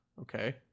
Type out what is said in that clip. Okay